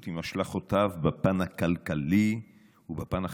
עם השלכותיו בפן הכלכלי ובפן החברתי,